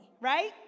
right